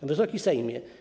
Wysoki Sejmie!